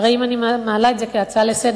שהרי אם אני מעלה את זה כהצעה לסדר-היום,